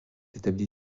établie